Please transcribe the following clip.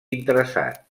interessat